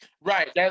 Right